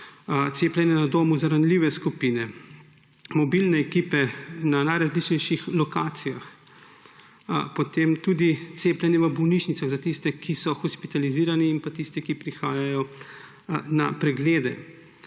cepljenje na domu za ranljive skupine, mobilne ekipe na najrazličnejših lokacijah, potem tudi cepljenje v bolnišnicah za tiste, ki so hospitalizirani, in tiste, ki prihajajo na preglede.